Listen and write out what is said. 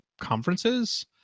conferences